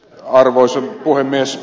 arvoisa puhemies